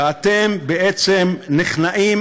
ואתם בעצם נכנעים,